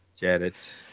Janet